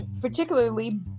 particularly